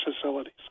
facilities